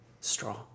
Straw